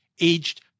aged